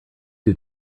two